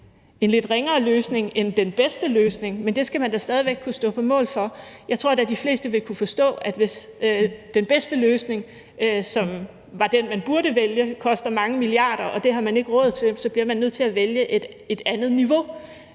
en lidt ringere løsning end den bedste løsning, men det skal man da stadig væk kunne stå på mål for. Jeg tror da, de fleste vil kunne forstå, at hvis den bedste løsning, som var den, man burde vælge, koster mange milliarder, og man ikke har råd til det, så bliver man nødt til at vælge et andet niveau.